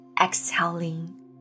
exhaling